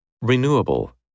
Renewable